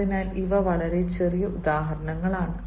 അതിനാൽ ഇവ വളരെ ചെറിയ ഉദാഹരണങ്ങളാണ്